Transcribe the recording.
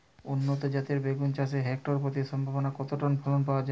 উন্নত জাতের বেগুন চাষে হেক্টর প্রতি সম্ভাব্য কত টন ফলন পাওয়া যায়?